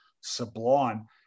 sublime